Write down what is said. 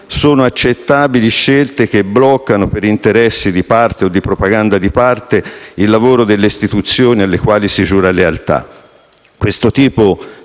sono accettabili scelte che bloccano, per interessi o propaganda di parte, il lavoro delle istituzioni alle quali si giura lealtà. Questo tipo